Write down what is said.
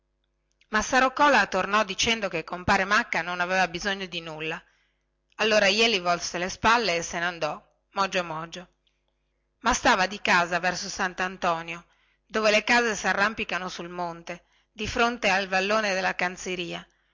giornata massaro cola tornò dicendo che compare macca non aveva bisogno di nulla allora jeli volse le spalle e se ne andò mogio mogio ma stava di casa verso santantonio dove le case sarrampicano sul monte di fronte al vallone della